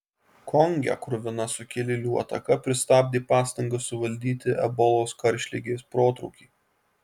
konge kruvina sukilėlių ataka pristabdė pastangas suvaldyti ebolos karštligės protrūkį